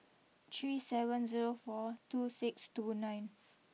three seven zero four two six two nine